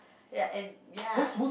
ya and ya